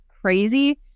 crazy